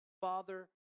Father